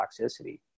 toxicity